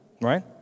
right